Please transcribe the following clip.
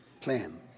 plan